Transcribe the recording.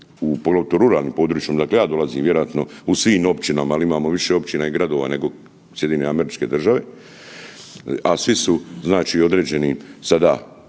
u ruralnim područjima odakle ja dolazim, vjerojatno u svim općinama, ali imamo više općina i gradova nego SAD, a svi su određeni sada